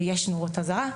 ויש נורות אזהרה,